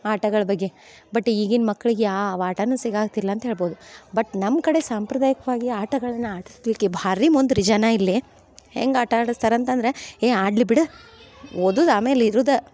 ಆಟಗಳ ಬಗ್ಗೆ ಬಟ್ ಈಗಿನ ಮಕ್ಳಿಗೆ ಯಾವ ಆಟವೂ ಸಿಗಾತಿಲ್ಲಂತ್ ಹೇಳ್ಬೋದು ಬಟ್ ನಮ್ಮ ಕಡೆ ಸಾಂಪ್ರದಾಯಿಕವಾಗಿ ಆಟಗಳನ್ನು ಆಡಿಸ್ಲಿಕ್ಕೆ ಭಾರೀ ಮುಂದೆ ರೀ ಜನ ಇಲ್ಲಿ ಹೆಂಗೆ ಆಟ ಆಡಿಸ್ತಾರಂತಂದ್ರೆ ಏಯ್ ಆಡಲಿ ಬಿಡು ಓದೋದ್ ಆಮೇಲೆ ಇರೋದ